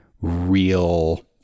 real